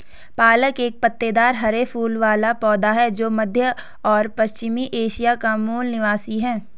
पालक एक पत्तेदार हरे फूल वाला पौधा है जो मध्य और पश्चिमी एशिया का मूल निवासी है